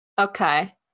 Okay